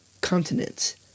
continents